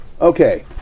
Okay